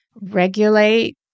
regulate